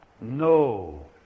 No